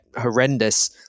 horrendous